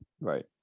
Right